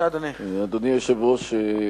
אדוני היושב-ראש,